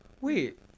Wait